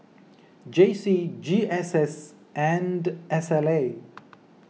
J C G S S and S L A